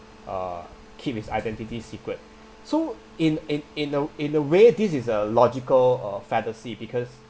uh keep his identity secret so in in in a w~ in a way this is a logical uh fallacy because